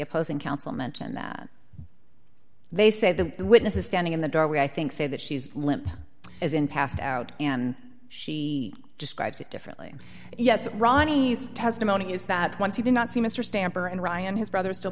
opposing counsel mention that they say the witness is standing in the doorway i think say that she's limp as in passed out and she describes it differently yes ronny's testimony is that once you cannot see mr stamper and ryan his brother is still